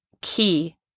key